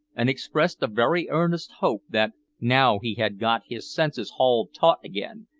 and expressed a very earnest hope that, now he had got his senses hauled taut again,